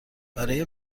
برای